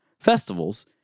festivals